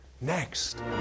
Next